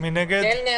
מי נגד?